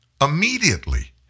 immediately